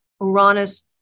Uranus